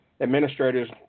administrators